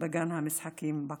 בגן המשחקים בכפר.